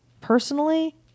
personally